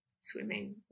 swimming